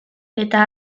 eta